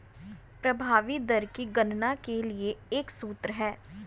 प्रभावी दर की गणना के लिए एक सूत्र है